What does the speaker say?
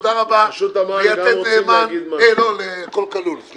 ותודה רבה ל"הכול כלול".